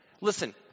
Listen